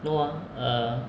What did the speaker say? no ah uh